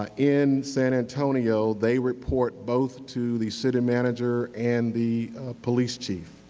ah in san antonio they report both to the city manager and the police chief.